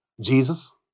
Jesus